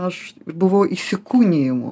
aš buvau įsikūnijimu